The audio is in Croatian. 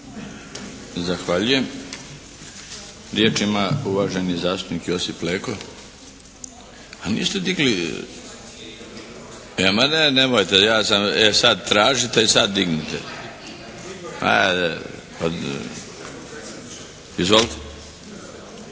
Zahvaljujem. Riječ ima uvaženi zastupnik Josip Leko. A niste digli, ma ne nemojte. Ja sam, e sad tražite i sad dignite. …